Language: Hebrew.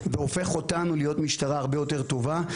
והוא הופך אותנו להיות משטרה הרבה יותר טובה.